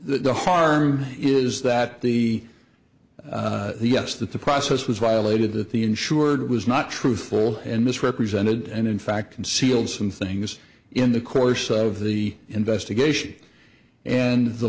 the harm is that the yes that the process was violated that the insured was not truthful and misrepresented and in fact concealed some things in the course of the investigation and the